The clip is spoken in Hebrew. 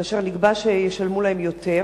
ונקבע שישלמו להם יותר.